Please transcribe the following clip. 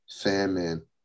famine